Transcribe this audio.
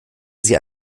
sie